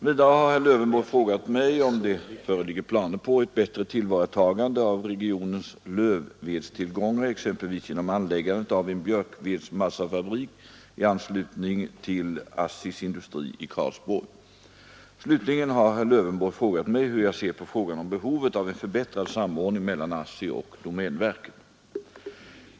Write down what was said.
Vidare har herr Lövenborg frågat mig om det föreligger planer på ett bättre tillvaratagande av regionens lövvedstillgångar, exempelvis genom anläggandet av en björkvedsmassafabrik i anslutning till ASSI:s industri i Karlsborg. Slutligen har herr Lövenborg frågat mig hur jag ser på frågan om behovet av en förbättrad samordning mellan ASSI och domänverket.